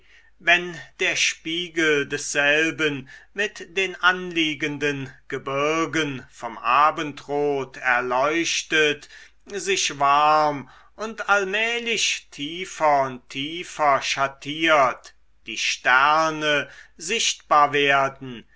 wenn der spiegel desselben mit den anliegenden gebirgen vom abendrot erleuchtet sich warm und allmählich tiefer und tiefer schattiert die sterne sichtbar werden